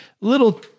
little